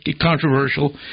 controversial